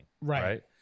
right